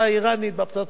בפצצה הטורקית,